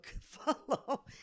follow